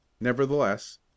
nevertheless